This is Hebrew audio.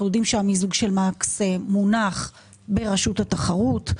אנחנו יודעים שהמיזוג של מקס מונח ברשות התחרות.